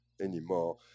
anymore